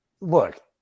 look